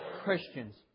Christians